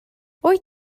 wyt